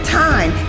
time